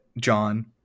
john